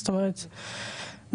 זאת אומרת,